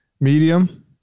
Medium